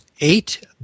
Eight